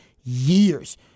years